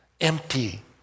empty